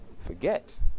forget